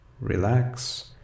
relax